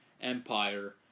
Empire